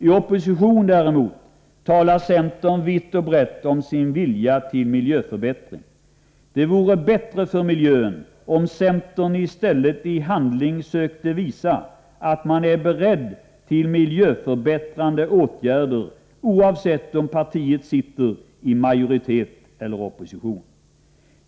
I opposition däremot talar centern vitt och brett om sin vilja till miljöförbättring. Det vore bättre för miljön om centern i stället i handling sökte visa att man är beredd till miljöförbättrande åtgärder oavsett om partiet har majoritet eller befinner sig i opposition.